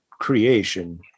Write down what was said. creation